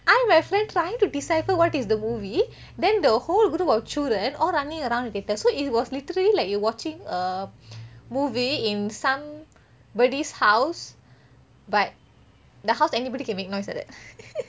I and my friend trying to decipher what is the movie then the whole group of children all running around the theatre so it was literally like you watching a movie in somebody's house but the house anybody can make noise like that